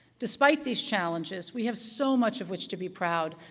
despite these challenges, we have so much of which to be proud.